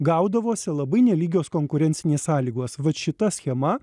gaudavosi labai nelygios konkurencinės sąlygos vat šita schema